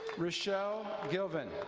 rocelle gilvan.